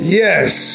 yes